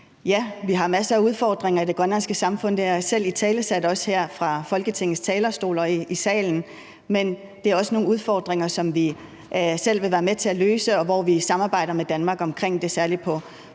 Ja, vi har masser af udfordringer i det grønlandske samfund. Det har jeg selv italesat, også her fra Folketingets talerstol og i salen. Men det er også nogle udfordringer, som vi selv vil være med til at løse, og hvor vi samarbejder med Danmark omkring det, særlig på